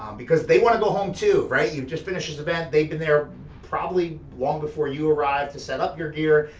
um because they wanna go home too, right? you've just finished this event, they've been there probably long before you arrived to set up your gear,